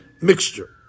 mixture